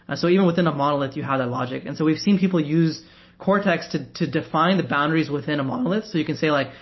and so even within a monol ith, you have the logic and so we've seen people use cortex to to define the boundar ies within a monol ith so you can say like,